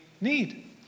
need